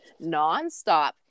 nonstop